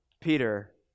Peter